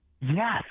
Yes